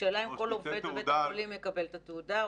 האם כל עובד בבית החולים יקבל את התעודה,